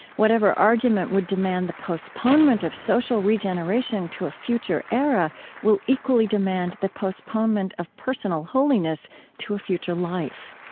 whatever argument would demand the postponement of social regeneration to a future era will equally demand the postponement of personal holiness to a future life.